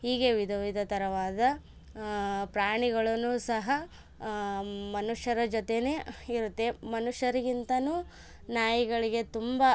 ಹೀಗೆ ವಿಧ ವಿಧ ಥರದ ಪ್ರಾಣಿಗಳನ್ನು ಸಹ ಮನುಷ್ಯರ ಜೊತೆನೇ ಇರುತ್ತೆ ಮನುಷ್ಯರಿಗಿಂತನು ನಾಯಿಗಳಿಗೆ ತುಂಬ